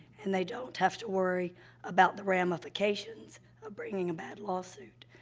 and they don't have to worry about the ramifications of bringing a bad lawsuit.